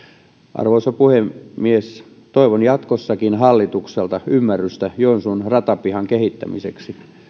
arvoisa puhemies toivon jatkossakin hallitukselta ymmärrystä joensuun ratapihan kehittämiseen